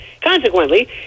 Consequently